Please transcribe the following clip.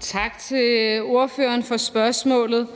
Tak til ordføreren for spørgsmålet.